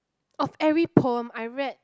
of every poem I read